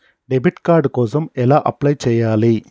Debit card కోసం ఎలా apply చేయాలి?